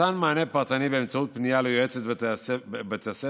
מתן מענה פרטני באמצעות פנייה ליועצת בית הספר